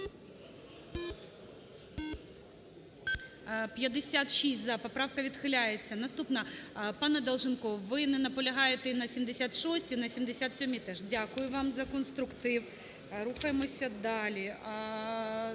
За-56 Поправка відхиляється. Наступна. Пане Долженков, ви не наполягаєте і на 76-й, на 77-й теж? Дякую вам за конструктив. Рухаємося далі.